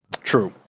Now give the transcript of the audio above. True